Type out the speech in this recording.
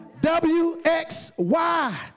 W-X-Y